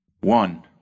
one